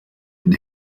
den